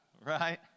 Right